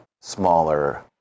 smaller